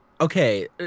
Okay